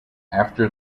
after